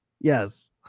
yes